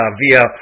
via